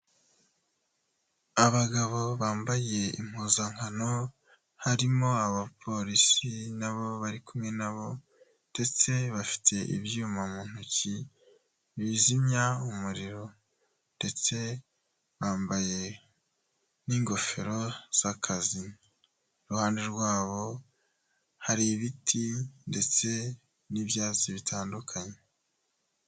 Abagabo bambaye impuzankano, harimo abapolisi n'abo bari kumwe nabo ndetse bafite ibyuma mu ntoki bizimya umuriro ndetse bambaye n'ingofero z'akazi, iruhande rwabo hari ibiti ndetse n'ibyatsi bitandukanye.